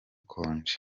konji